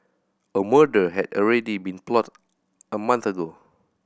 a murder had already been plotted a month ago